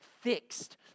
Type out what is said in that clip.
fixed